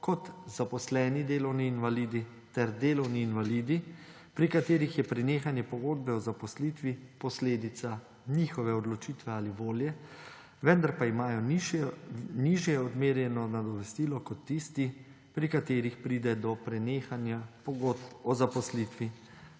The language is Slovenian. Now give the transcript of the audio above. kot zaposleni delovni invalidi ter delovni invalidi, pri katerih je prenehanje pogodbe o zaposlitvi posledica njihove odločitve ali volje, vendar pa imajo nižje odmerjeno nadomestilo kot tisti, pri katerih pride do prenehanja pogodb o zaposlitvi